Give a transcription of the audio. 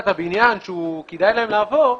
שכדאי להם לעבור,